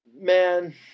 man